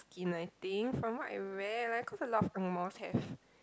skin I think from what I read cause a lot of ang-mohs have